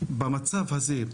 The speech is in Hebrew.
במצב הזה,